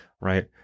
Right